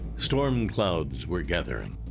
storm clouds were gathering.